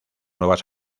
nuevas